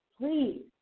please